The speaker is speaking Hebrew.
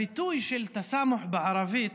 הביטוי "תסאמוח" בערבית